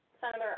Senator